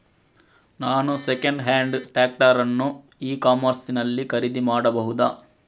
ನಾನು second hand tractor ಅನ್ನು e commerce ನಲ್ಲಿ ಖರೀದಿ ಮಾಡಬಹುದಾ?